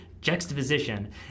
juxtaposition